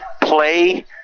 play